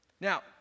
Now